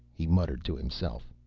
he muttered to himself,